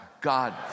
God